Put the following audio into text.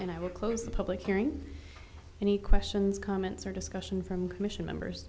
and i will close the public hearing any questions comments or discussion from commission members